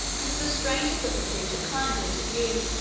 and the strangest little creature climbed into view.